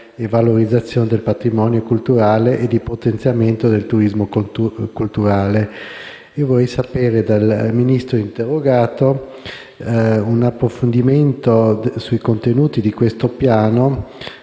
e valorizzazione del patrimonio culturale e di potenziamento del turismo culturale. Vorrei avere dal Ministro interrogato un approfondimento sui contenuti del citato piano,